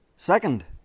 Second